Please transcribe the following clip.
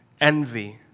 envy